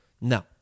No